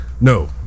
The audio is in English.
no